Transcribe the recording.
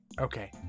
Okay